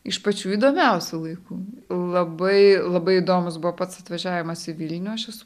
iš pačių įdomiausių laikų labai labai įdomus buvo pats atvažiavimas į vilnių aš esu